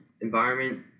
environment